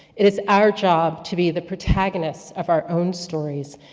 it is our job to be the protagonists of our own stories,